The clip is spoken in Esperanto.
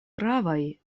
gravaj